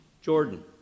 Jordan